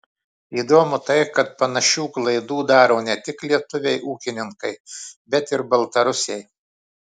įdomu tai kad panašių klaidų daro ne tik lietuviai ūkininkai bet ir baltarusiai